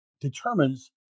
determines